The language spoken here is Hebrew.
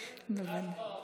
על אילת נראה לך שהוא יוותר?